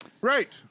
right